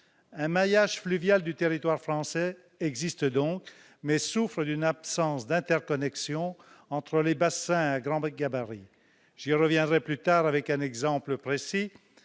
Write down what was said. Un maillage fluvial du territoire français existe donc, mais il souffre d'une absence d'interconnexions entre les bassins à grand gabarit. J'y reviendrai plus tard, avec un exemple précis.